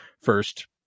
first